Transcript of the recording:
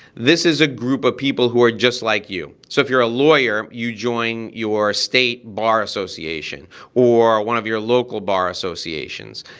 this is a group of people who are just like you. so if you're a lawyer, you join your state bar association or one of your local bar associations.